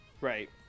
Right